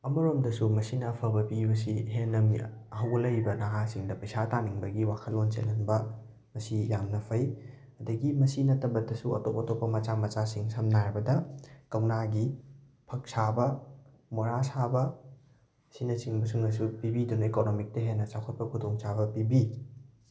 ꯑꯃꯔꯣꯝꯗꯁꯨ ꯃꯁꯤꯅ ꯑꯐꯕ ꯄꯤꯕꯁꯤ ꯍꯦꯟꯅ ꯍꯧꯒꯠꯂꯛꯏꯕ ꯅꯍꯥꯁꯤꯡꯗ ꯄꯩꯁꯥ ꯇꯥꯟꯅꯤꯡꯕꯒꯤ ꯋꯥꯈꯜꯂꯣꯟ ꯆꯦꯜꯍꯟꯕ ꯃꯁꯤ ꯌꯥꯝꯅ ꯐꯩ ꯑꯗꯒꯤ ꯃꯁꯤ ꯅꯠꯇꯕꯗꯁꯨ ꯑꯇꯣꯞ ꯑꯇꯣꯞꯄ ꯃꯆꯥ ꯃꯆꯥꯁꯤꯡ ꯁꯝꯅ ꯍꯥꯏꯔꯕꯗ ꯀꯧꯅꯥꯒꯤ ꯐꯛ ꯁꯥꯕ ꯃꯣꯔꯥ ꯁꯥꯕ ꯑꯁꯤꯅꯆꯤꯡꯁꯤꯡꯅꯁꯨ ꯄꯤꯕꯤꯗꯨꯅ ꯏꯀꯣꯅꯣꯃꯤꯛꯇ ꯍꯦꯟꯅ ꯆꯥꯎꯈꯠꯄ ꯈꯨꯗꯣꯡꯆꯥꯕ ꯄꯤꯕꯤ